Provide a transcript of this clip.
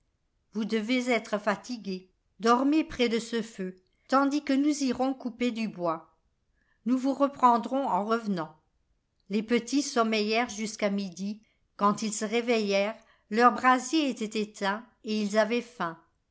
vous devez être fatigués dormez près de ce feu tandis que nous irons couper du bois nour vous reprendrons en revenant les petits sommeillèrent jusqu'à midi quand ils se réveillèrent leur brasier était éteint et ils avaient faim